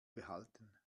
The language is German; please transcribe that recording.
behalten